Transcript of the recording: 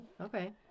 Okay